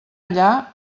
allà